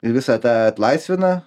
ir visą tą atlaisvina